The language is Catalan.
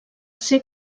ser